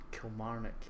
Kilmarnock